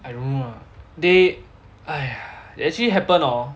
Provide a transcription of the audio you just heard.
I don't know ah they !haiya! it actually happen orh